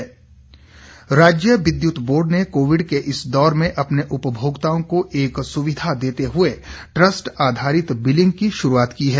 बिजली बिल सुविधा राज्य विद्युत बोर्ड ने कोविड के इस दौर में अपने उपभोक्ताओं को एक सुविधा देते हुए ट्रस्ट आधारित बिलिंग की शुरूआत की है